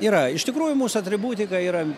yra iš tikrųjų mūsų atributika yra